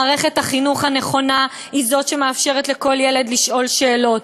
מערכת החינוך הנכונה היא זו שמאפשרת לכל ילד לשאול שאלות,